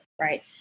right